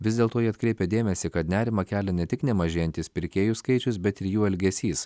vis dėlto jie atkreipia dėmesį kad nerimą kelia ne tik nemažėjantis pirkėjų skaičius bet ir jų elgesys